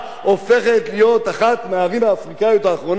הופכת להיות אחת מהערים האפריקניות האחרונות.